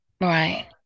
Right